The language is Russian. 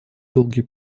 долгий